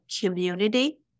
community